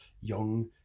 young